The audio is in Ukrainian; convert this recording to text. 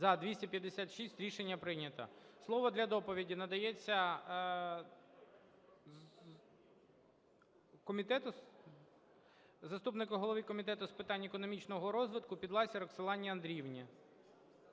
За – 256 Рішення прийнято. Слово для доповіді надається заступнику голови Комітету з питань економічного розвитку Підласій Роксолані Андріївні.